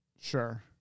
Sure